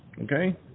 Okay